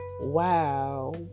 Wow